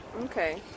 okay